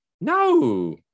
no